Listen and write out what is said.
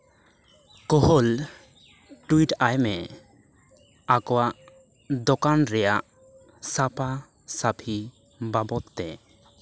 ᱠᱳᱦᱚᱞ tweet ᱟᱭᱢᱮ ᱟᱠᱚᱣᱟᱜ ᱫᱚᱠᱟᱱ ᱨᱮᱭᱟᱜ ᱥᱟᱯᱷᱟᱼᱥᱟᱯᱷᱤ ᱵᱟᱵᱚᱫ ᱛᱮ